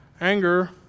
Anger